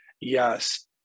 Yes